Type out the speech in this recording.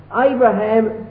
Abraham